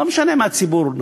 לא משנה מה נכון לציבור.